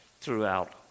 throughout